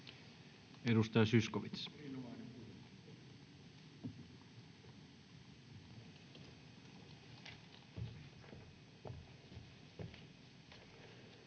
Edustaja Zyskowicz.